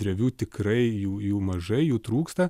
drevių tikrai jų jų mažai jų trūksta